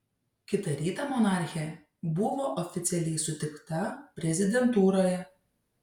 kitą rytą monarchė buvo oficialiai sutikta prezidentūroje